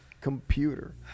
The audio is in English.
computer